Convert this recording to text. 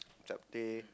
Chapteh